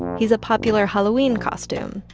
he's a popular halloween costume,